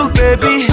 baby